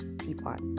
teapot